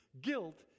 guilt